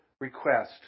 request